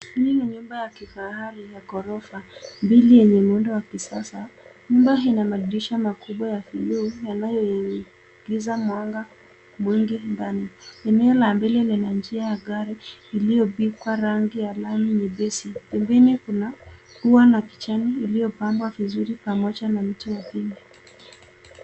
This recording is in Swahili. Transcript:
Hii ni nyumba ya kifahari ya ghorofa mbili yenye muundo wa kisasa . Nyumba ina madirisha makubwa ya vioo yanayoingiza mwanga mwingi ndani. Eneo la mbele lina njia ya gari iliyopigwa rangi nyepesi. Pembeni kuna ua la kijani uliopandwa vizuri pamoja na mti wa pine .